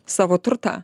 savo turtą